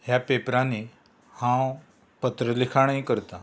ह्या पेपरांनी हांव पत्र लिखाणय करता